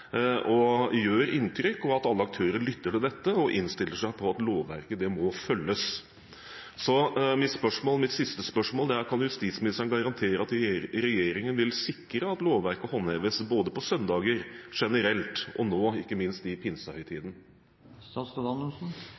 gjør inntrykk, og at alle aktører lytter til dette og innstiller seg på at lovverket må følges. Så mitt siste spørsmål er: Kan justisministeren garantere at regjeringen vil sikre at lovverket håndheves, både på søndager generelt og ikke minst nå i